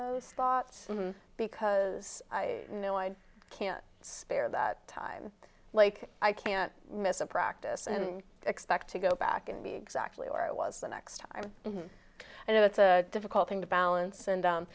those thoughts because i know i can't spare that time like i can't miss a practice and expect to go back and be exactly where i was the next time and it's a difficult thing to balance and